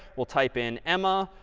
we'll type in emma.